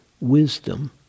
wisdom